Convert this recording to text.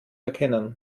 erkennen